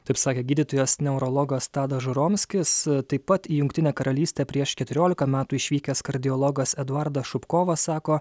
taip sakė gydytojas neurologas tadas žuromskis taip pat į jungtinę karalystę prieš keturiolika metų išvykęs kardiologas eduardas šubkovas sako